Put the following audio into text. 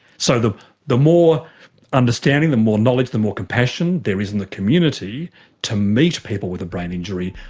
so the the more understanding, the more knowledge, the more compassion there is in the community to meet people with a brain injury,